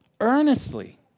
earnestly